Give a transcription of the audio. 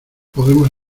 podremos